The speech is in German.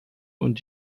und